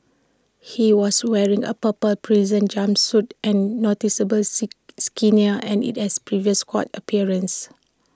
he was wearing A purple prison jumpsuit and noticeably see skinnier and at his previous court appearance